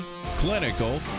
clinical